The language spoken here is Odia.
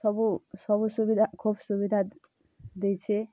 ସବୁ ସବୁ ସୁବିଧା ଖୋବ୍ ସୁବିଧା ଦେଇଛେ